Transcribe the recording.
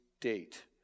date